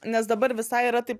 nes dabar visai yra taip